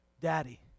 Daddy